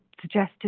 suggested